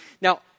Now